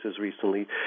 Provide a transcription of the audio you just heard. recently